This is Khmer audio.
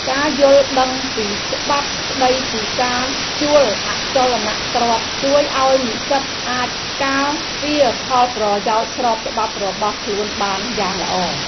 ការយល់ដឹងពីច្បាប់ស្តីពីការជួលអចលនទ្រព្យជួយឱ្យនិស្សិតអាចការពារផលប្រយោជន៍ស្របច្បាប់របស់ខ្លួនបានយ៉ាងល្អ។